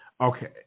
okay